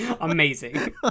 Amazing